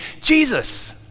Jesus